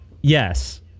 yes